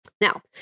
Now